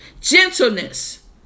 Gentleness